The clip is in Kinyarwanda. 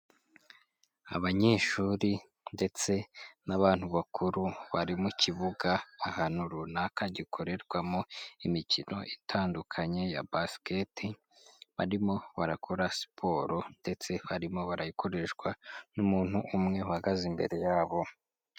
Abanyeshuri ndetse n'abantu bakuru bari mu kibuga ahantu runaka gikorerwamo imikino itandukanye ya basiketi, barimo barakora siporo ndetse harimo barayikoreshwa n'umuntu umwe uhagaze imbere yabo.